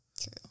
True